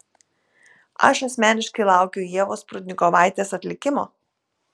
aš asmeniškai laukiu ievos prudnikovaitės atlikimo